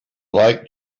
like